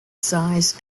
size